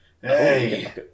Hey